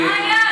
מה היעד?